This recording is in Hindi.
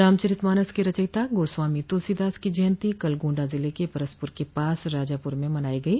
रामचरित मानस के रचयिता गोस्वामी तुलसीदास की जयन्ती कल गोण्डा जिले के परसपुर के पास राजापुर में मनाई गई